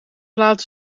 laten